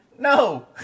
No